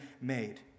made